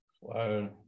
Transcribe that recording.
Wow